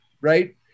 right